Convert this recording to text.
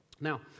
Now